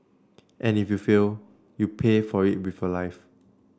and if you fail you pay for it before life